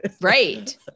Right